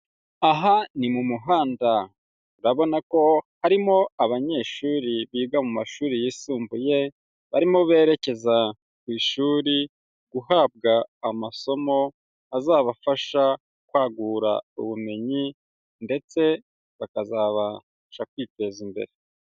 Aha ni mu muhanda urabona ko harimo abanyeshuri biga mu mashuri yisumbuye, barimo berekeza ku ishuri guhabwa amasomo azabafasha kwagura ubumenyi ndetse bakazabasha kwiteza imbere.